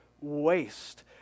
waste